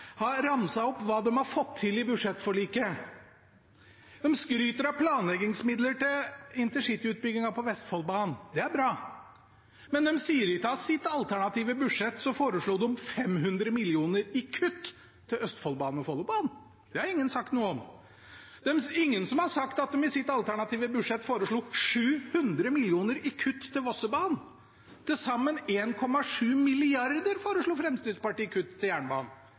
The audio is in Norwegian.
hva de har fått til i budsjettforliket. De skryter av planleggingsmidler til intercityutbyggingen på Vestfoldbanen. Det er bra. Men de sier ikke at i sitt alternative budsjett foreslo de 500 mill. kr i kutt til Østfoldbanen og Follobanen. Det har ingen sagt noe om. Det er ingen som har sagt at de i sitt alternative budsjett foreslo 700 mill. kr i kutt til Vossebanen. Til sammen 1,7 mrd. kr foreslo Fremskrittspartiet i kutt til jernbanen.